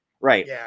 Right